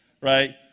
right